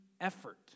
effort